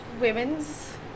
women's